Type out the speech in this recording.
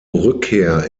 rückkehr